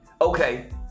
Okay